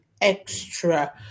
extra